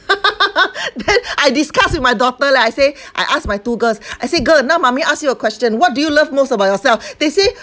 then I discuss with my daughter leh I say I ask my two girls I say girl now mummy ask you a question what do you love most about yourself they say